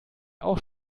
auch